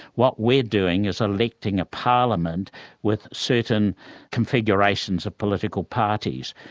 what we're doing is electing a parliament with certain configurations of political parties,